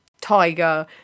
tiger